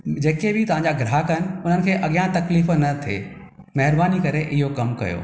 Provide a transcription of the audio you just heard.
जेके बि तव्हां जा ग्राहक आहिनि उन्हनि खे अॻियां तकलीफ़ न थिए महिरबानी करे इहो कमु कयो